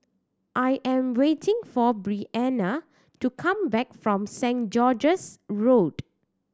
I am waiting for Breanna to come back from Saint George's Road